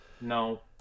No